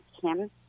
Kim